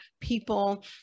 people